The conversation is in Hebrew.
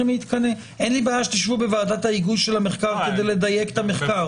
אין לי בעיה שתשבו בוועדת ההיגוי של המחקר כדי לדייק את המחקר.